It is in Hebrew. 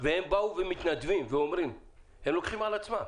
הם לוקחים על עצמם